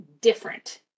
different